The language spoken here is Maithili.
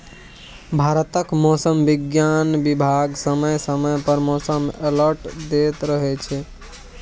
भारतक मौसम बिज्ञान बिभाग समय समय पर मौसम अलर्ट दैत रहै छै